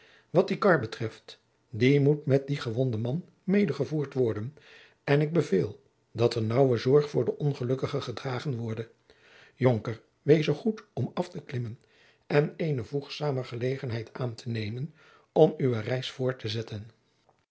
wat die kar betreft die moet met dien gewonden man medegevoerd worden en ik beveel dat er naauwe zorg voor den ongelukkige gedragen worde jonker wees zoo goed om af te klimmen en eene voegzamer gelegenheid aan te nemen om uwe reis voort te zetten